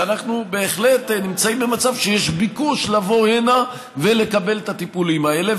ואנחנו בהחלט נמצאים במצב שיש ביקוש לבוא הנה ולקבל את הטיפולים האלה.